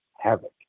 havoc